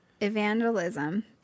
evangelism